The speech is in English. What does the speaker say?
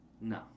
No